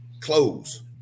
close